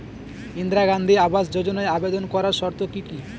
ইন্দিরা গান্ধী আবাস যোজনায় আবেদন করার শর্ত কি কি?